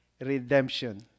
redemption